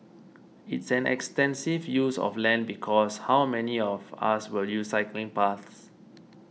it's an extensive use of land because how many of us will use cycling paths